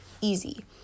easy